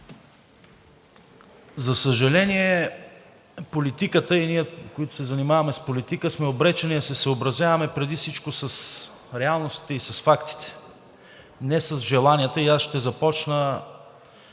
За съжаление, политиката и ние, които се занимаваме с политика, сме обречени да се съобразяваме преди всичко с реалностите и с фактите, не с желанията. И аз ще започна